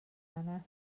yna